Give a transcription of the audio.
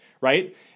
right